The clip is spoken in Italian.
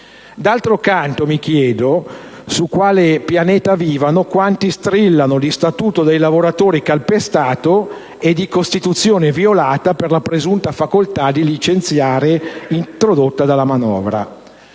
D'altro canto, mi chiedo su quale pianeta vivano quanti strillano di Statuto dei lavoratori calpestato e di Costituzione violata per la presunta facoltà di licenziare introdotta dalla manovra.